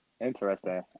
interesting